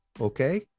okay